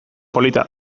polita